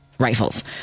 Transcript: rifles